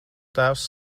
tēvs